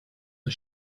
but